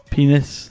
Penis